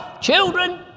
children